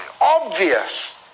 obvious